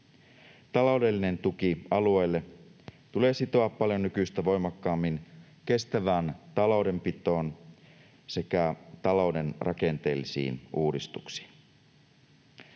Taloudellinen tuki alueelle tulee sitoa paljon nykyistä voimakkaammin kestävään taloudenpitoon sekä talouden rakenteellisiin uudistuksiin.